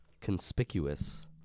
conspicuous